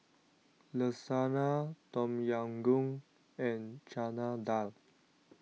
Lasagna Tom Yam Goong and Chana Dal